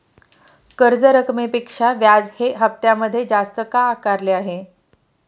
कर्ज रकमेपेक्षा व्याज हे हप्त्यामध्ये जास्त का आकारले आहे?